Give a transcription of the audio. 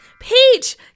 Peach